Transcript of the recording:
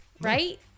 Right